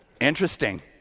Interesting